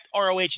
ROH